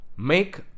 Make